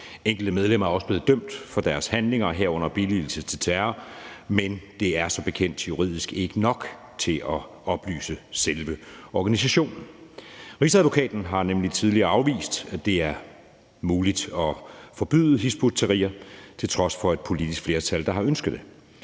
enkelte medlemmer er også blevet dømt for deres handlinger, herunder billigelse af terror, men det er som bekendt juridisk ikke nok til at opløse selve organisationen. Rigsadvokaten har nemlig tidligere afvist, at det er muligt at forbyde Hizb ut-Tahrir, til trods for at et politisk flertal har ønsket det